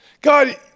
God